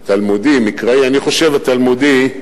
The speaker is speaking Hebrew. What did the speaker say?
התלמודי, מקראי, אני חושב התלמודי,